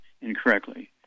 incorrectly